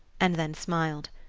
and then smiled.